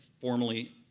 formally